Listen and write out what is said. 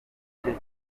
cye